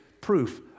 proof